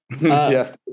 Yes